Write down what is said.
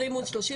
20 מול 30,